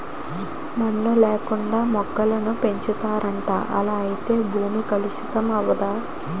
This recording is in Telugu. మన్ను లేకుండా మొక్కలను పెంచుతారట ఇలాగైతే భూమి కలుషితం అవదు